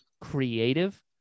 creative